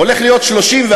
31,